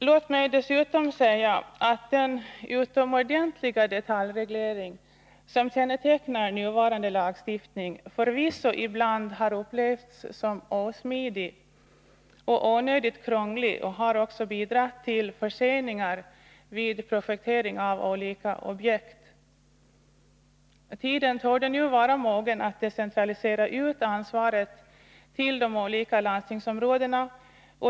Låt mig dessutom säga att den utomordentliga detaljreglering som kännetecknar nuvarande lagstiftning förvisso ibland har upplevts som osmidig och onödigt krånglig. Den har också bidragit till förseningar vid projektering av olika objekt. Tiden torde nu vara mogen för att decentralisera ansvaret till de olika landstingsområdena.